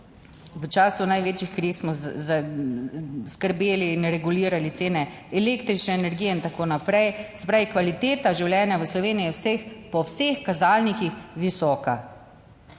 V času največjih kriz smo skrbeli in regulirali cene električne energije in tako naprej, se pravi, kvaliteta življenja v Sloveniji je po vseh kazalnikih visoka.